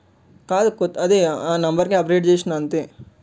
కాదు కొ అదే ఆ నెంబర్కే అప్డేట్ చేశాను అంతే